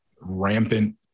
rampant